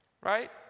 right